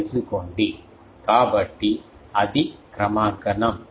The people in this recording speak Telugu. కాబట్టి అది క్రమాంకనం